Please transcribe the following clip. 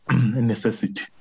necessity